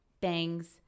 bangs